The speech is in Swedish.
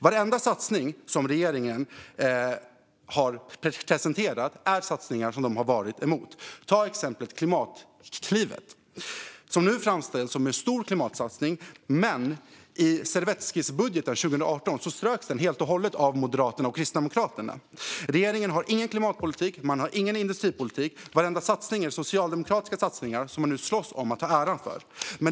Varenda satsning som regeringen har presenterat har Sverigedemokraterna varit emot. Ta exempelvis Klimatklivet, som nu framställs som en stor klimatsatsning men som i servettskissbudgeten 2018 ströks helt och hållet av Moderaterna och Kristdemokraterna. Regeringen har ingen klimatpolitik, och man har ingen industripolitik. Varenda satsning är socialdemokratiska satsningar som man nu slåss om att ta åt sig äran av.